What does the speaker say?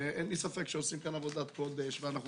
שאין לי ספק שעושים כאן עבודת קודש ואנחנו